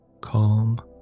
Calm